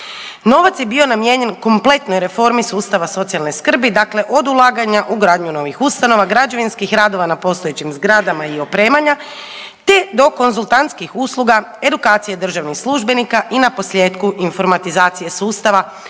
Novac je bio namijenjen kompletnoj reformi sustava socijalne skrbi, dakle od ulaganja u gradnju novih ustanova građevinskih radova na postojećim zgradama i opremanja te do konzultantskih usluga, edukacije državnih službenika i naposljetku, informatizacije sustava,